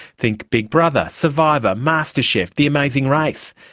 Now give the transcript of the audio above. think big brother, survivor, master chef, the amazing race.